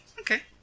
Okay